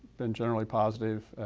been generally positive